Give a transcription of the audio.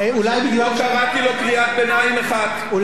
אולי המדיניות שלו היתה מושלמת פשוט.